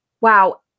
wow